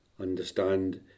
Understand